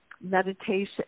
meditation